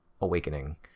Awakening